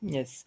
Yes